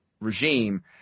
regime